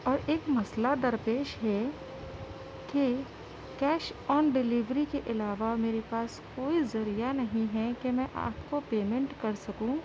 اور ایک مسئلہ درپیش ہے کہ کیش آن ڈیلیوری کے علاوہ میرے پاس کوئی ذریعہ نہیں ہے کہ میں آپ کو پمینٹ کر سکوں